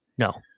No